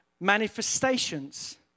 manifestations